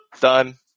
done